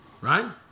right